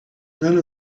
none